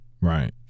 Right